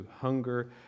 hunger